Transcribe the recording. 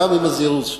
גם עם הזירוז שלך.